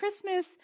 Christmas